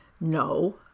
No